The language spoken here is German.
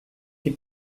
die